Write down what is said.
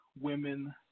Women